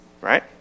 right